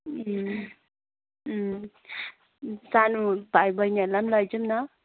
सानो भाइ बहिनीहरूलाई पनि लैजाउँ न